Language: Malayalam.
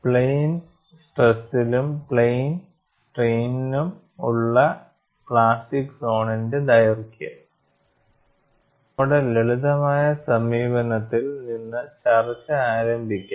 പ്ലെയിൻ സ്ട്രെസിലും പ്ലെയിൻ സ്ട്രെയ്നിലും ഉള്ള പ്ലാസ്റ്റിക് സോണിന്റെ ദൈർഘ്യം നമ്മുടെ ലളിതമായ സമീപനത്തിൽ നിന്ന് ചർച്ച ആരംഭിക്കാം